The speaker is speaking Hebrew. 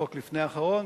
חוק לפני אחרון,